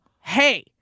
hey